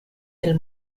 del